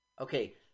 Okay